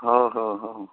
ହ ହଉ ହଉ